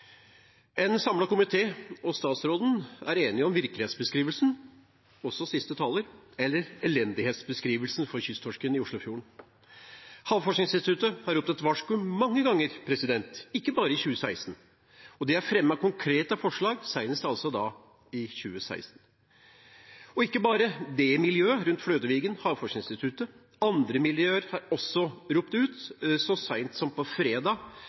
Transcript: En samlet komité og statsråden er enige om virkelighetsbeskrivelsen – også siste taler – eller elendighetsbeskrivelsen for kysttorsken i Oslofjorden. Havforskningsinstituttet har ropt et varsku mange ganger, ikke bare i 2016. De har fremmet konkrete forslag, senest i 2016. Ikke bare miljøet rundt Flødevigen – Havforskningsinstituttet – andre miljøer har også ropt ut. Så sent som på fredag